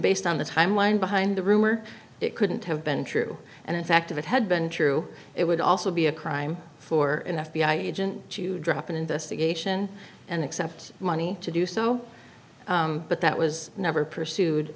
based on the timeline behind the rumor it couldn't have been true and in fact if it had been true it would also be a crime for an f b i agent to drop an investigation and accept money to do so but that was never pursued